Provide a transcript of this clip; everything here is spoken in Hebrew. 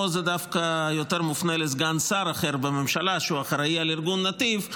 פה זה דווקא יותר מופנה לסגן שר אחר בממשלה שהוא אחראי על ארגון נתיב,